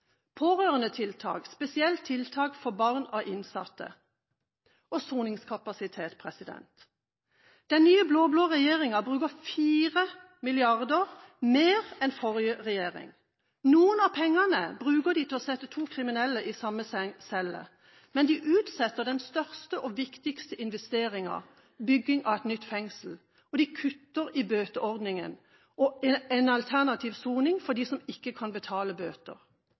spesielt tiltak for barn av innsatte – og soningskapasitet. Den nye blå-blå regjeringen bruker 4 mrd. kr mer enn forrige regjering. Noen av pengene bruker de til å sette to kriminelle i samme celle, men de utsetter den største og viktigste investeringen; bygging av et nytt fengsel, og de kutter i bøteordningen, en alternativ soning for dem som ikke kan betale bøter.